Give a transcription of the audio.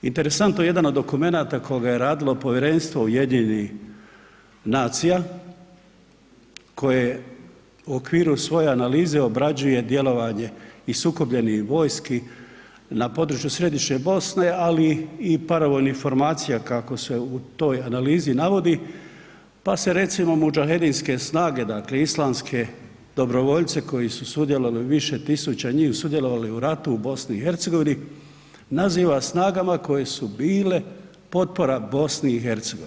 Interesantno jedan od dokumenata koga je radilo povjerenstvo UN-a koje u okviru svoje analize obrađuje djelovanje i sukobljenih vojski na području Središnje Bosne, ali i paravojnih formacija kako se u toj analizi navodi, pa se recimo Mudžahedinske snage, dakle islamske dobrovoljce koji su sudjelovali, više tisuća njih, sudjelovali u ratu u BiH naziva snagama koje su bile potpora BiH.